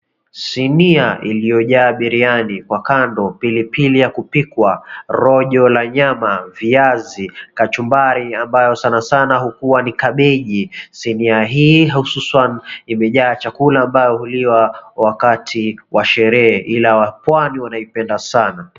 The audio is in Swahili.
Sinia iliyojaa biriyani, kwa kando pilipili ya kupikwa rojo la nyama, viazi kachumbari ambayo sanasana hukuwa ni kabeji, sinia hii hususan imejaa chakula ambayo huliwa wakati wa sherehe ila wa pwani wanaipenda sana.